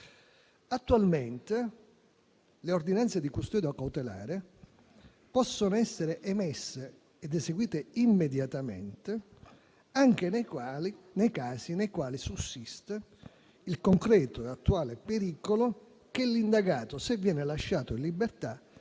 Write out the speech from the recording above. Attualmente, le ordinanze di custodia cautelare possono essere emesse ed eseguite immediatamente, anche nei casi nei quali sussiste il concreto e attuale pericolo che l'indagato, se viene lasciato in libertà,